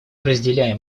разделяем